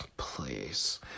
Please